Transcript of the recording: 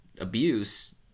abuse